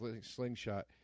slingshot